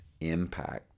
impact